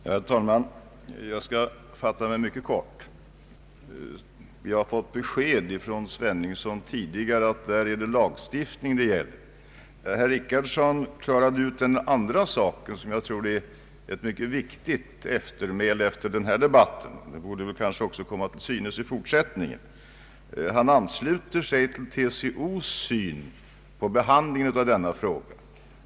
Herr talman! Jag skall fatta mig mycket kort. Vi har fått besked av herr Sveningsson att det här är fråga om en lagstiftning. Herr Richardson klarade ut den saken, och vad han sade tror jag utgör ett mycket viktigt eftermäle till den här debatten som också borde komma till uttryck i fortsättningen. Han ansluter sig till TCO:s syn på behandlingen av denna fråga.